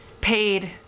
paid